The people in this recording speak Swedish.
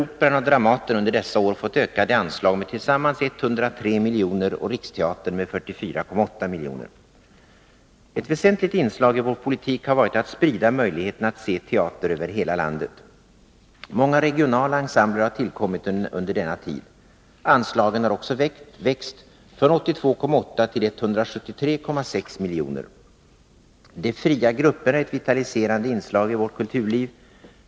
Operan och Dramaten under dessa år fått ökade anslag med tillsammans 103 milj.kr. och Riksteatern med 44,8 milj.kr. Ett väsentligt inslag i vår politik har varit att sprida möjligheten att se teater över hela landet. Många regionala ensembler har tillkommit under denna tid. Anslagen har också växt: från 82,8 till 173,6 milj.kr. De fria grupperna är ett vitaliserande inslag i vårt kulturliv.